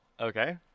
Okay